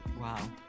Wow